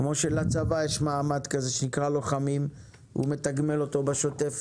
כמו שלצבא יש מעמד כזה שנקרא לוחמים והוא מתגמל אותו בשוטף